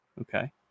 Okay